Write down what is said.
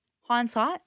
hindsight